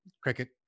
Cricket